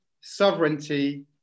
sovereignty